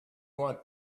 want